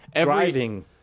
driving